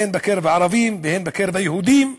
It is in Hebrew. הן בקרב הערבים והן בקרב היהודים.